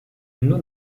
nur